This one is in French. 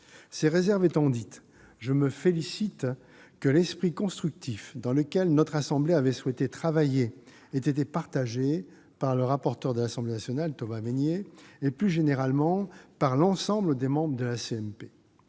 Ces réserves étant dites, je me félicite de ce que l'esprit constructif dans lequel notre assemblée avait souhaité travailler ait été partagé par le rapporteur de l'Assemblée nationale, Thomas Mesnier, et, plus généralement, par l'ensemble des membres de la